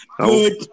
Good